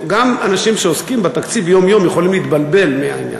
גם אנשים שעוסקים בתקציב יום-יום יכולים להתבלבל מהעניין.